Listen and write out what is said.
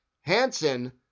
Hansen